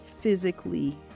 physically